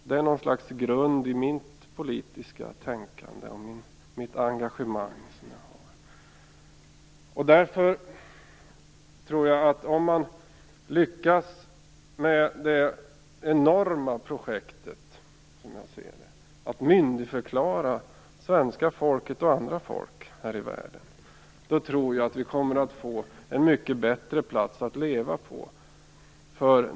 Det är grunden i mitt politiska tänkande och i mitt engagemang. Om vi lyckas med det enorma projektet att myndigförklara svenska folket och andra folk här i världen tror jag att vi kommer att få en mycket bättre plats att leva på.